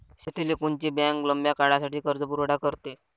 शेतीले कोनची बँक लंब्या काळासाठी कर्जपुरवठा करते?